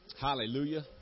Hallelujah